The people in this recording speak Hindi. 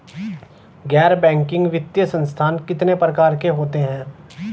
गैर बैंकिंग वित्तीय संस्थान कितने प्रकार के होते हैं?